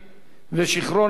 ושיכרון הכוח